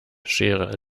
schere